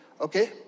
okay